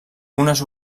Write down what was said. unes